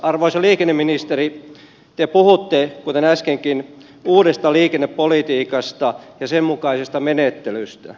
arvoisa liikenneministeri te puhutte kuten äskenkin uudesta liikennepolitiikasta ja sen mukaisesta menettelystä